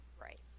Right